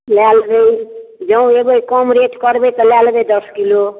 लए लेबै जौं देबै कम रेट करबै तऽ लए लेबै दस किलो